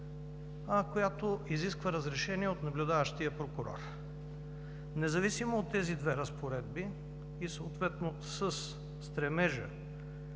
която изисква разрешение от наблюдаващия прокурор. Независимо от тези две разпоредби и съответно със стремежа,